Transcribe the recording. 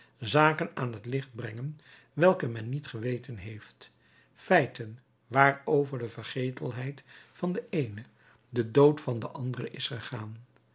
zaken aan het licht brengen welke men niet geweten heeft feiten waarover de vergetelheid van de eenen de dood van anderen is gegaan